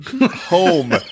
home